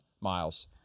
Miles